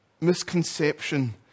misconception